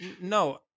no